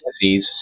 disease